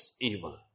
evil